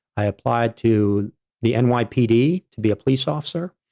i applied to the and nypd to be a police officer,